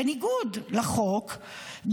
בניגוד לחוק,